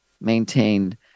maintained